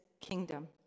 kingdom